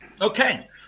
Okay